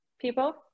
people